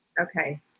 Okay